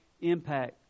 impact